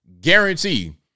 Guarantee